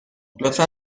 لطفا